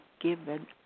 given